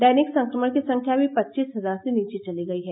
दैनिक संक्रमण की संख्या भी पच्चीस हजार से नीचे चली गई है